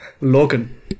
Logan